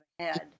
ahead